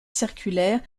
circulaire